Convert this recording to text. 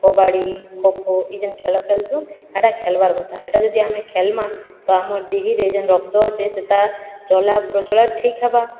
କବାଡ଼ି ଖୋଖୋ ଇ ଯେନ୍ ଖେଳ ଖେଳୁସୁଁ ହେଟା ଖେଲ୍ବାର କଥା ହେଟା ଯଦି ଆମେ ଖେଲ୍ମା ତ ଆମର ଦିହିରେ ଯେନ୍ ରକ୍ତ ଅଛେ ସେଟା ଚଳପ୍ରଚଳ ଠିକ୍ ହେବା